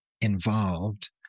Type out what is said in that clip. involved